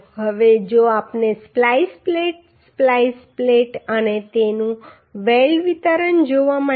તો હવે જો આપણે સ્પ્લાઈસ પ્લેટ સ્પ્લાઈસ પ્લેટ અને તેનું વેલ્ડ વિતરણ જોવા માટે કુલ ડાયાગ્રામ દોરીએ